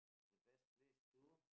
the best place to